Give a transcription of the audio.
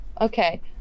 Okay